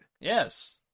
Yes